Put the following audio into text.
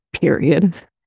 Period